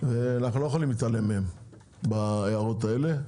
ואנחנו לא יכולים להתעלם מהן בהערות האלה.